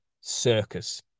Circus